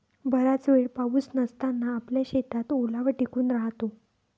बराच वेळ पाऊस नसताना आपल्या शेतात ओलावा टिकून राहतो